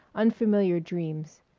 unfamiliar dreams.